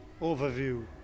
overview